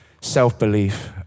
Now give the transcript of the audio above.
self-belief